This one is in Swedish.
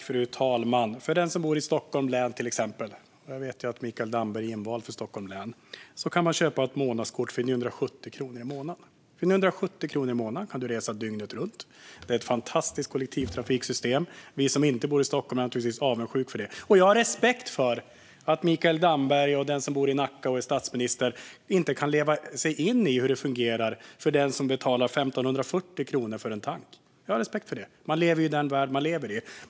Fru talman! Den som bor i Stockholms län - jag vet ju att Mikael Damberg är invald för Stockholms län - kan köpa ett månadskort för 970 kronor. För 970 kronor i månaden kan man resa dygnet runt. Det är ett fantastiskt kollektivtrafiksystem, och vi som inte bor i Stockholm är naturligtvis avundsjuka på det. Jag har respekt för att Mikael Damberg och den som bor i Nacka och är statsminister inte kan leva sig in i hur det fungerar för den som betalar 1 540 kronor för en tank. Jag har respekt för det; man lever ju i den värld som man lever i.